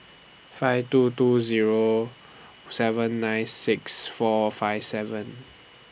five two two Zero seven nine six four five seven